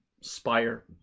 spire